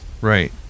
Right